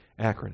acronym